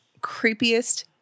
creepiest